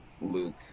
luke